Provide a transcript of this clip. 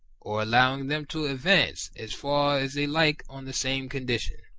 or allowing them to advance as far as they like on the same condition.